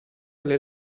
alle